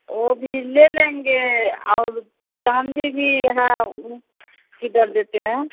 वह भी ले लेंगे और चाँदी भी है वह क्या दर देते हैं